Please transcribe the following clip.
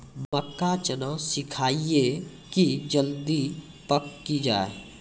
मक्का चना सिखाइए कि जल्दी पक की जय?